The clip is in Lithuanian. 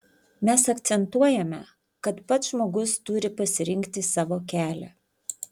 mes akcentuojame kad pats žmogus turi pasirinkti savo kelią